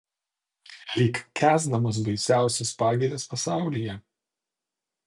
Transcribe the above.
lyg kęsdamas baisiausias pagirias pasaulyje